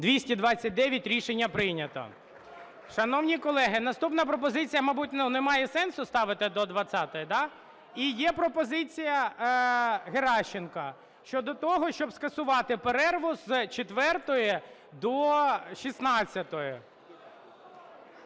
229. Рішення прийнято. Шановні колеги, наступну пропозицію, мабуть, немає сенсу ставити до 20-ї, да? І є пропозиція Геращенко щодо того, щоб скасувати перерву з 14-ї до 16-ї.